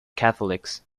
catholics